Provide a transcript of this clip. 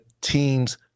teams